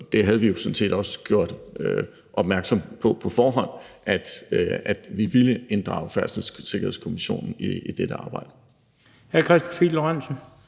set også gjort opmærksom på i forvejen, at vi ville inddrage Færdselssikkerhedskommissionen i dette arbejde.